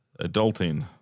Adulting